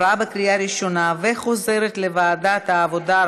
לוועדת העבודה,